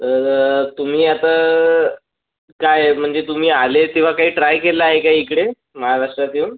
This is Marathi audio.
तर तुम्ही आता काय आहे म्हणजे तुम्ही आले किंवा काही ट्राय केला आहे का इकडे महाराष्ट्रात येऊन